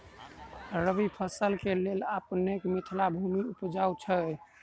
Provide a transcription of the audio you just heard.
रबी फसल केँ लेल अपनेक मिथिला भूमि उपजाउ छै